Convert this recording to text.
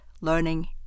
learning